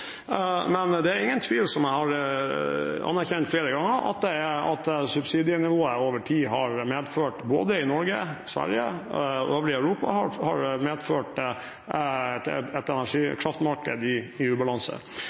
men det er ingen tvil om, som jeg har anerkjent flere ganger, at subsidienivået over tid både i Norge, Sverige og øvrige Europa har medført et energikraftmarked i ubalanse.